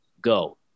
go